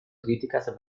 críticas